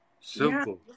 simple